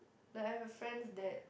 like I have a friend that